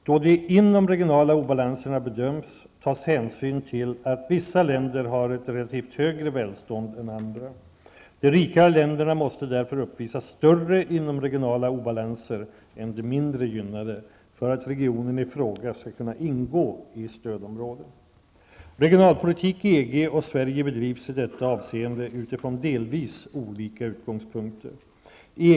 Då de inomregionala obalanserna bedöms, tas hänsyn till att vissa länder har ett relativt högre välstånd än andra. De rikare länderna måste därför uppvisa större inomregionala obalanser än de mindre gynnade för att regionen i fråga skall kunna ingå i stödområde. Regionalpolitik i EG och Sverige bedrivs i detta avseende utifrån delvis olika utgångspunkter.